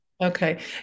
Okay